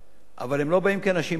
אבל הם לא באים כאנשים פוליטיים